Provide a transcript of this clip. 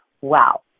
Wow